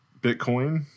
Bitcoin